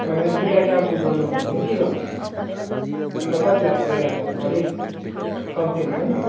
भनेपछि दुइटा cab book गर्नु भने चाहिँ के गर्नु पर्ने अन्त कति लाग्छ दुइटा क्याबको अलिक कम्ती हुँदैन